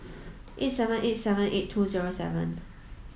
eight seven eight seven eight two zero seven